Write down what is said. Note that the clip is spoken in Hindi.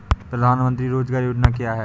प्रधानमंत्री रोज़गार योजना क्या है?